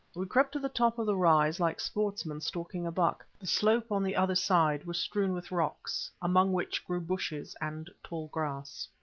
we crept to the top of the rise like sportsmen stalking a buck. the slope on the other side was strewn with rocks, among which grew bushes and tall grass.